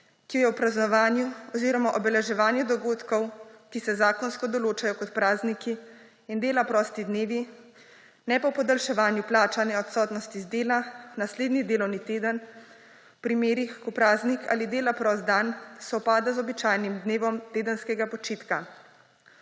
ki je v praznovanju oziroma obeleževanju dogodkov, ki se zakonsko določajo kot prazniki in dela prosti dnevi, ne pa v podaljševanju plačane odsotnosti z dela v naslednji delovni teden v primerih, ko praznik ali dela prost dan sovpada z običajnim dnevom tedenskega počitka.